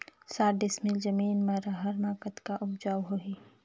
साठ डिसमिल जमीन म रहर म कतका उपजाऊ होही?